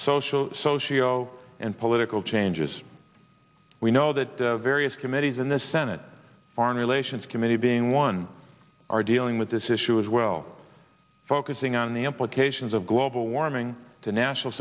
social socio political changes we know that various committees in the senate foreign relations committee being one are dealing with this issue as well focusing on the implications of global warming to national